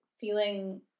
feeling